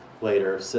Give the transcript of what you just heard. later